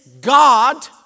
God